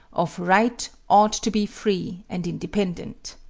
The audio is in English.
of right ought to be free and independent.